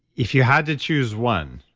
if you had to choose one,